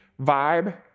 vibe